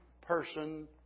person